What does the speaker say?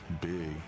big